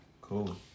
Cool